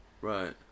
Right